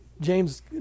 James